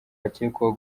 akekwaho